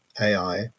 AI